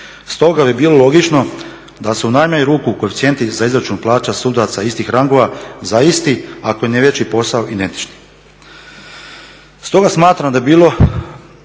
Stoga bi bilo logično da se u najmanju ruku koeficijenti za izračun plaća sudaca istih rangova za isti, ako ne i veći posao identični. Stoga smatram da bi bilo